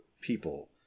people